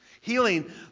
Healing